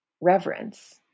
reverence